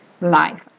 life